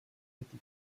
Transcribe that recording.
city